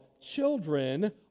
children